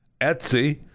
etsy